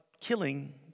killing